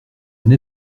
une